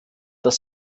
das